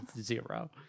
zero